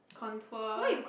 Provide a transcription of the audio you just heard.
contour